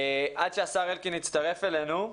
עד שהשר אלקין יצטרף אלינו,